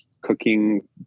cooking